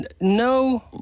no